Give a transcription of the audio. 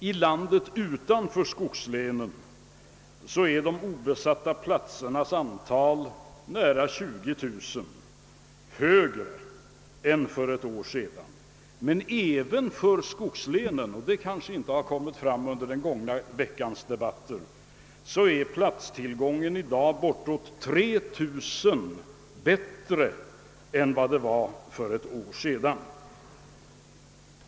I landet utanför skogslänen är de obesatta platsernas antal nära 20 000 större än för ett år sedan, men även i skogslänen — det har kanske inte kommit fram under den gångna veckans debatter — är platstillgången i dag bortåt 3 000 större än den var för ett år sedan.